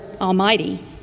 Almighty